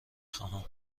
خواهم